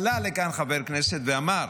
עלה לכאן חבר כנסת ואמר